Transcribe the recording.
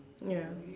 ya